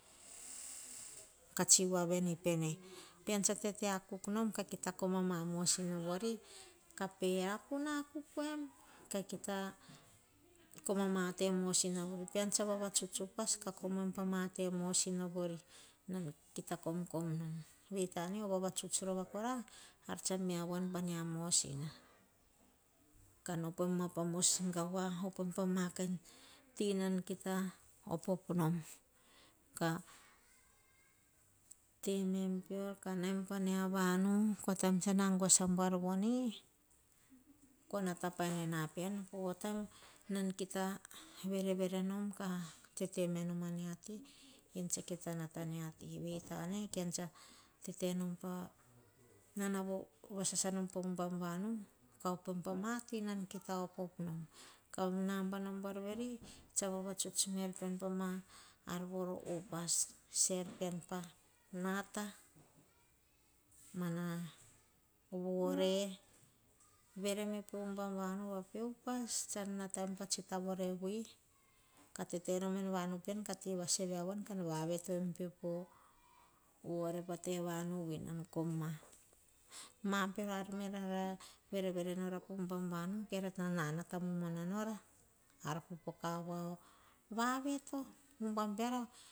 Ka tsi voa veni pene, pean tsa, tete a kuk nom, ka kita kom a ma mosina vori, ka pe rapun a kuk em. Ka kita kom a ma te mosina vori, pean tsa vavatuts upas, ka komoen pa ma te mosina vori nan kita komkom nom. Vei ta ne, o vavatuts rova kora, ar tsa mea voan pa mia mosina. Opoim ma pa ma mos gavua, opoim pa ma kain ti, nan kita opop nom. Ka te me-em peor, ka naim pa mia vanu ko taim tsan aguas abuar voni, ko nata paina pean. Povo taim nan kita verevere nom, ka tete me nom a mia ti, ean tse kita nata mia ti. Vei ane, kean tsa tete nom pa nana vo vasasa po ubam vanu, ka opoem pa ma ti nan kita opop nom. Na bana na buar veri, tsa vavatuts er pean, pa ma ar vori upas. Se er pean pa nata, mana vore, vere me po ubam vanu, va pe upas. Tsan nataim pa tsi ta vore vui, ka tete nom en vanu, ka ti vaseve avoan, kan vaveto em peo po, po te vore vui nan kom ma. Ma bero ar me, nar verevere nora po ubam vanu, keara nanata momoana nora, ar popoka voa a vavioto, ubam peara.